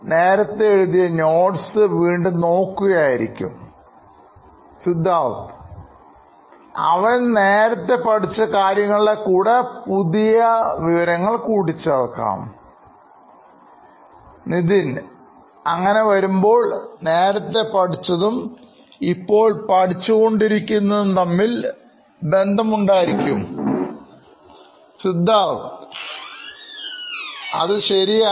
നേരത്തെ എഴുതിയ നോട്ട് വീണ്ടും നോക്കുക ആയിരിക്കാം Siddharth അവൻറെ നേരത്തെ പഠിച്ച കാര്യങ്ങളുടെ കൂടെ പുതിയ വിവരങ്ങൾ കൂട്ടിച്ചേർക്കാം Nithin അങ്ങനെ വരുമ്പോൾ നേരത്തെ പഠിച്ചതും ഇപ്പോൾ പഠിച്ചുകൊണ്ടിരിക്കുന്നതും തമ്മിൽ ബന്ധമുണ്ടായിരിക്കും Siddharth ശരിയാണ്